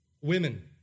women